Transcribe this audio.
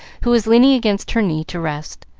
who was leaning against her knee to rest.